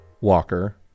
walker